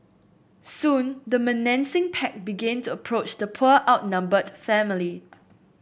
soon the menacing pack began to approach the poor outnumbered family